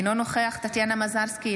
אינו נוכח טטיאנה מזרסקי,